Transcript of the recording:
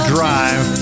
Drive